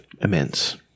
immense